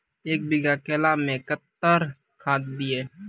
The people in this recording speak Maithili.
एक बीघा केला मैं कत्तेक खाद दिये?